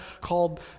called